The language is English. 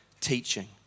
teaching